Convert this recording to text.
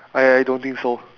I I don't think so